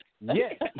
Yes